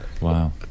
Wow